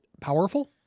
powerful